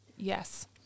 Yes